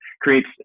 Creates